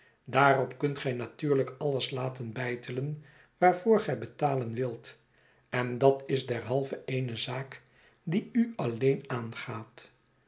daarop kunt gij natuurlijk alles laten beitelen waarvoor gij betalen wilt en dat is derhalve eene zaak die u alleen aangaat